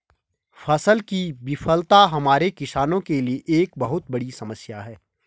फसल की विफलता हमारे किसानों के लिए एक बहुत बड़ी समस्या है